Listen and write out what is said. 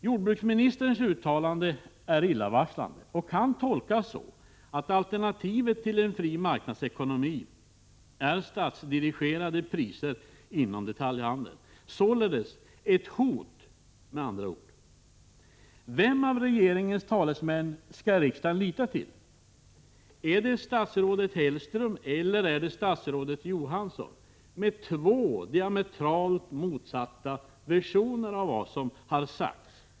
Jordbruksministerns uttalande är illavarslande och kan tolkas så, att alternativet till en fri marknadsekonomi är statsdirigerade priser inom detaljhandeln, således ett hot med andra ord. Vem av regeringens talesmän skall riksdagen lita till - statsrådet Hellström eller statsrådet Johansson med två diametralt motsatta versioner av vad som har sagts?